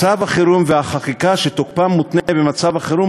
מצב החירום והחקיקה שתוקפה מותנה במצב החירום